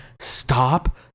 stop